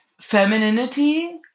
femininity